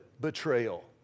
betrayal